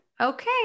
Okay